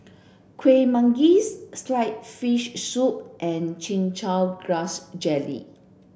Kueh Manggis sliced fish soup and chin chow grass jelly